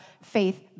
faith